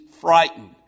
frightened